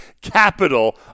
capital